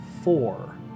four